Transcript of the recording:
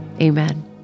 amen